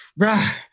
bruh